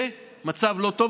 זה מצב לא טוב.